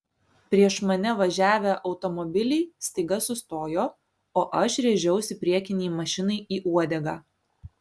prieš mane važiavę automobiliai staiga sustojo o aš rėžiausi priekinei mašinai į uodegą